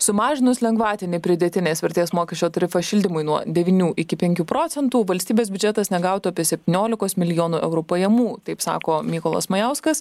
sumažinus lengvatinį pridėtinės vertės mokesčio tarifą šildymui nuo devynių iki penkių procentų valstybės biudžetas negautų apie septyniolikos milijonų eurų pajamų taip sako mykolas majauskas